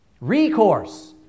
Recourse